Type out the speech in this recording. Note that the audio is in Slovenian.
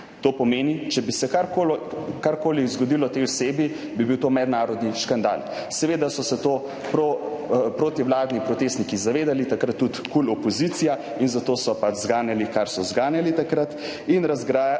To pomeni, če bi se karkoli zgodilo tej osebi, bi bil to mednarodni škandal. Seveda so se tega protivladni protestniki zavedali, takrat tudi opozicija KUL, zato so pač zganjali, kar so zganjali takrat. In razgrajačev,